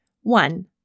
One